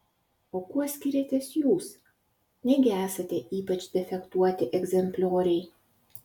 o kuo skiriatės jūs negi esate ypač defektuoti egzemplioriai